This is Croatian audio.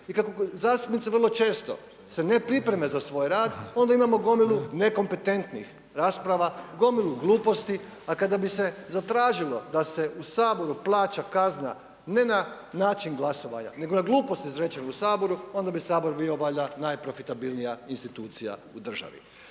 I kako zastupnici vrlo često se ne pripreme za svoj rad onda imamo gomilu nekompetentnih rasprava, gomilu gluposti. A kada bi se zatražilo da se u Saboru plaća kazna ne na način glasovanja, nego na gluposti izrečene u Saboru onda bi Sabor bio valjda najprofitabilnija institucija u državi.